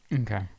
okay